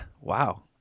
Wow